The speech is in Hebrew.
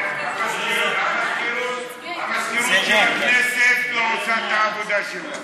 מזכירות הכנסת לא עושה את העבודה שלה.